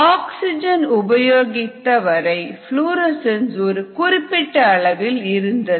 oxygen உபயோகித்த வரை fluorescence ஒரு குறிப்பிட்ட அளவில் இருந்தது